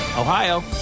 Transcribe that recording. Ohio